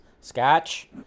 scotch